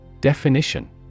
Definition